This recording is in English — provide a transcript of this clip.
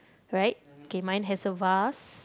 right can mine has a vase